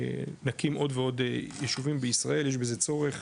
נקים עוד ועוד יישובים בישראל, יש בזה צורך,